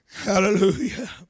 Hallelujah